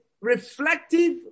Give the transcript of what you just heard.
reflective